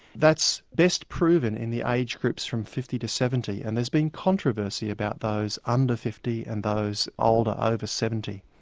that's best proven in the age groups from fifty to seventy, and there's been controversy about those under fifty and those older, ah over seventy.